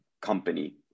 company